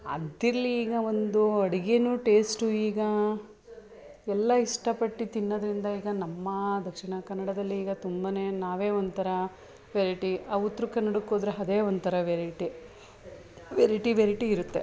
ಅದಿರ್ಲಿ ಈಗ ಒಂದೂ ಅಡುಗೆನೂ ಟೇಸ್ಟು ಈಗ ಎಲ್ಲ ಇಷ್ಟ ಪಟ್ಟು ತಿನ್ನೋದರಿಂದ ಈಗ ನಮ್ಮ ದಕ್ಷಿಣ ಕನ್ನಡದಲ್ಲಿ ಈಗ ತುಂಬನೇ ನಾವೇ ಒಂಥರ ವೆರೈಟಿ ಆ ಉತ್ರ ಕನ್ನಡಕ್ಕೆ ಹೋದರೆ ಅದೇ ಒಂಥರ ವೆರೈಟಿ ವೆರೈಟಿ ವೆರೈಟಿ ಇರುತ್ತೆ